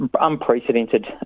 unprecedented